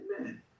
Amen